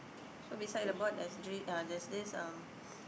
so beside the board there's this uh there's this um